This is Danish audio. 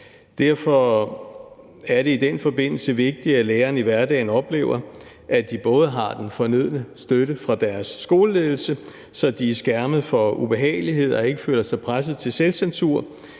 Derfor er det i den forbindelse vigtigt, at lærerne i hverdagen oplever, at de både har den fornødne støtte fra deres skoleledelse, så de er skærmet for ubehageligheder og ikke føler sig presset til selvcensur,